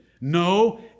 No